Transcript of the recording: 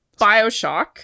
Bioshock